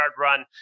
run